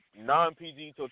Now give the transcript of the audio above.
non-PG